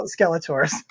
Skeletors